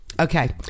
Okay